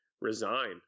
resign